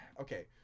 Okay